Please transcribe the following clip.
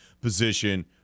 position